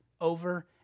over